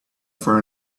for